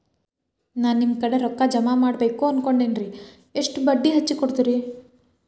ನಾ ನಿಮ್ಮ ಕಡೆ ರೊಕ್ಕ ಜಮಾ ಮಾಡಬೇಕು ಅನ್ಕೊಂಡೆನ್ರಿ, ಎಷ್ಟು ಬಡ್ಡಿ ಹಚ್ಚಿಕೊಡುತ್ತೇರಿ?